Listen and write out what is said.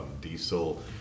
diesel